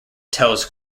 tells